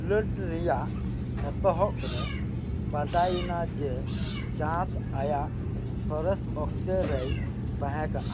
ᱠᱷᱮᱞᱳᱸᱰ ᱨᱮᱱᱟᱜ ᱮᱛᱚᱦᱚᱵ ᱨᱮ ᱵᱟᱰᱟᱭ ᱮᱱᱟ ᱡᱮ ᱪᱟᱸᱫᱽ ᱟᱭᱟᱜ ᱥᱚᱨᱮᱥ ᱚᱠᱛᱚ ᱨᱮᱭ ᱛᱟᱦᱮᱸ ᱠᱟᱱᱟ